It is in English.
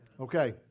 Okay